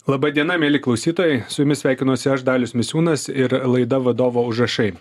laba diena mieli klausytojai su jumis sveikinuosi aš dalius misiūnas ir laida vadovo užrašai